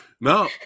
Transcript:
No